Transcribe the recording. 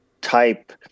type